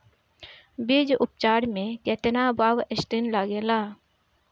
बीज उपचार में केतना बावस्टीन लागेला?